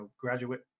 graduate